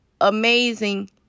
amazing